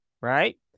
right